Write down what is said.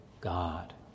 God